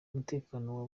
umutekano